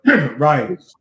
Right